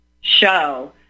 show